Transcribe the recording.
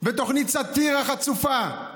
בתוכנית סאטירה חצופה,